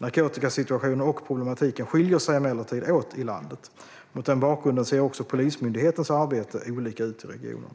Narkotikasituationen och problematiken skiljer sig emellertid åt i landet. Mot den bakgrunden ser också Polismyndighetens arbete olika ut i regionerna.